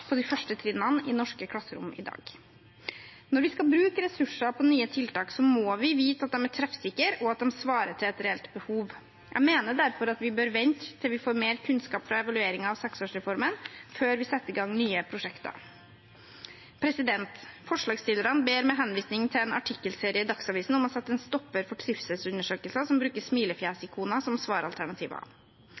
på de første trinnene i norske klasserom i dag. Når vi skal bruke ressurser på nye tiltak, må vi vite at de er treffsikre, og at de svarer til et reelt behov. Jeg mener derfor vi bør vente til vi får mer kunnskap fra evalueringen av seksårsreformen før vi setter i gang nye prosjekter. Forslagsstillerne ber med henvisning til en artikkelserie i Dagsavisen om å sette en stopper for trivselsundersøkelser som bruker smilefjesikoner som svaralternativer. Alle som